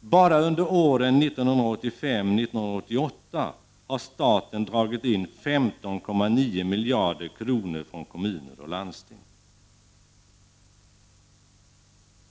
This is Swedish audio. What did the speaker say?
Bara under åren 1985—1988 har staten dragit in 15,9 miljarder kronor från kommuner och landsting.